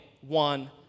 one